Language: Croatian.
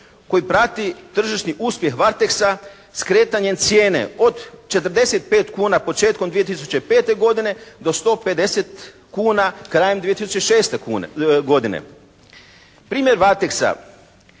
koji prati tržišni uspjeh "Varteksa" s kretanjem cijene od 45 kuna početkom 2005. godine do 150 kuna krajem 2006. godine. Primjer "Varteksa"